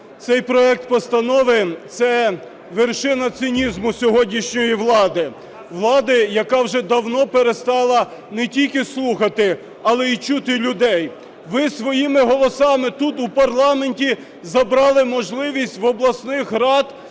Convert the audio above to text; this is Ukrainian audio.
Цей проект постанови – це вершина цинізму сьогоднішньої влади, влади, яка вже давно перестала не тільки слухати, але й чути людей. Ви своїми голосами тут, у парламенті, забрали можливість в обласних рад